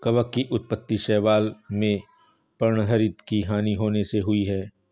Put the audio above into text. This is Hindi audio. कवक की उत्पत्ति शैवाल में पर्णहरित की हानि होने से हुई है